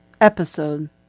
episode